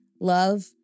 Love